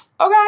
Okay